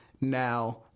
Now